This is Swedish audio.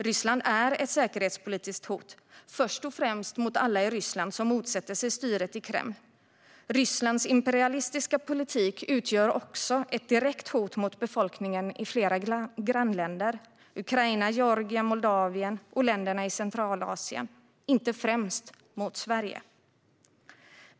Ryssland är ett säkerhetspolitiskt hot, först och främst mot alla i Ryssland som motsätter sig styret i Kreml. Rysslands imperialistiska politik utgör ett direkt hot mot befolkningen i flera grannländer - Ukraina, Georgien, Moldavien och länderna i Centralasien - inte främst mot Sverige.